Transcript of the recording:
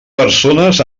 persones